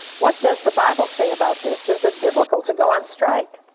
what does the bible say about this? is it biblical to go on strike?